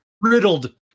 riddled